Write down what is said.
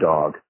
Dog